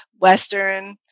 Western